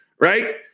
right